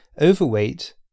overweight